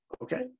Okay